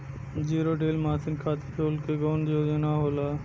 Zero deal मासिन खाती छूट के कवन योजना होला?